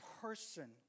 person